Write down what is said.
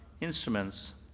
instruments